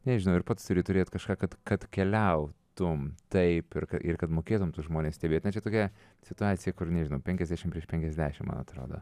nežinau ir pats turi turėt kažką kad kad keliautum taip ir kad mokėtum tuos žmones stebėt na čia tokia situacija kur nežinau penkiasdešimt prieš penkiasdešimt man atrodo